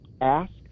ask